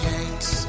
Yanks